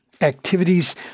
activities